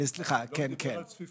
נמצא איתנו ד"ר יהושע שקדי,